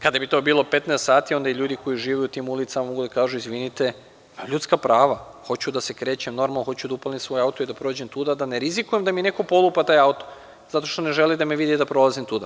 Kada bi to bilo 15 sati onda bi ljudi koji žive u tim ulicama mogli da kaži izvinite, a ljudska prava, hoću da se krećem normalno, hoću da upalim svoj auto i da prođem tuda i da ne rizikujem da mi neko polupa taj auto zato što ne žele da me vide, da prolazim tuda.